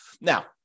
Now